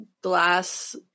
glass